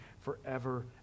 forever